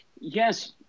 Yes